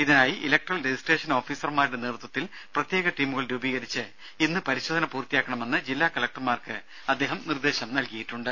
ഇതിനായി electoral registration ഓഫീസർമാരുടെ നേതൃത്വത്തിൽ പ്രത്യേക ടീമുകൾ രൂപീകരിച്ച് ഇന്ന് പരിശോധന പൂർത്തിയാക്കണമെന്ന് ജില്ലാ കലക്ടർമാർക്ക് അദ്ദേഹം നിർദേശം നൽകിയിട്ടുണ്ട്